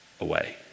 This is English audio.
away